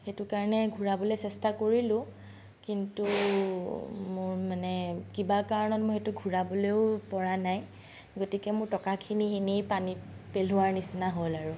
সেইটো কাৰণে ঘূৰাবলৈ চেষ্টা কৰিলোঁ কিন্তু মোৰ মানে কিবা কাৰণত মই সেইটো ঘূৰাবলৈও পৰা নাই গতিকে মোৰ টকাখিনি এনেই পানীত পেলোৱাৰ নিচিনা হ'ল আৰু